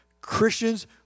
Christians